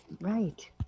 right